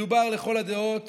מדובר לכל הדעות